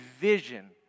vision